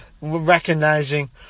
recognizing